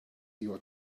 your